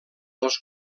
els